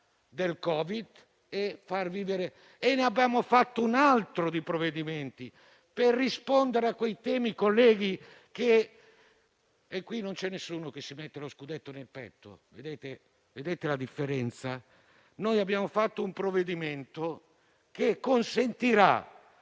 dal Covid. Abbiamo fatto un altro provvedimento per rispondere a quei temi, colleghi, e qui non c'è nessuno che si mette lo scudetto nel petto. Vedete la differenza? Noi abbiamo fatto un provvedimento che consentirà,